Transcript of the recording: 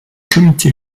comité